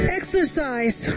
exercise